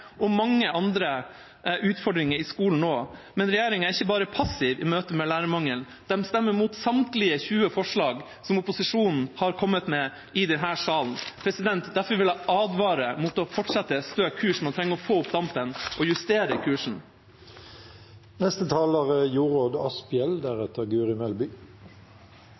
og mange andre utfordringer i skolen, men regjeringa er ikke bare passiv i møte med lærermangelen, man stemmer imot samtlige 20 forslag som opposisjonen har kommet med i denne salen. Derfor vil jeg advare mot å fortsette stø kurs. Man trenger å få opp dampen og justere kursen.